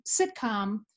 sitcom